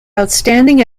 outstanding